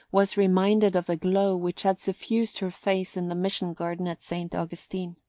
was reminded of the glow which had suffused her face in the mission garden at st. augustine.